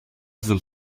sind